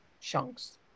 chunks